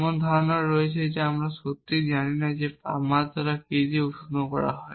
এমন ধারণাও রয়েছে যে আমরা সত্যিই জানি না যে তাপমাত্রা কী দিয়ে উষ্ণ করা হয়